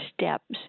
steps